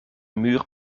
muur